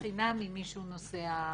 נדמה לי שאפילו בחינם, אם מישהו נוסע להצביע.